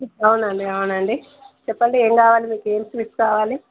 అవునండి అవునండి చెప్పండి ఏం కావాలి మీకు ఏం స్వీట్స్ కావాలి